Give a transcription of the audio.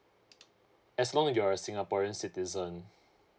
as long you're a singaporean citizen